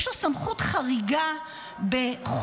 יש לו סמכות חריגה בחומרתה,